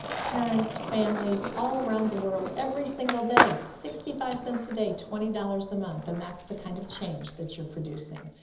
parents, families all around the world every single day. sixty five cents a day, twenty dollars a month and that's the kind of change that you're producing.